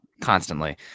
constantly